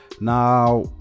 now